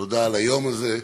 תודה על היום הזה.